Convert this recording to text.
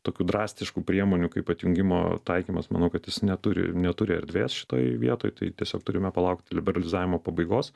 tokių drastiškų priemonių kaip atjungimo taikymas manau kad jis neturi neturi erdvės šitoj vietoj tai tiesiog turime palaukti liberalizavimo pabaigos